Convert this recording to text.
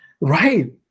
right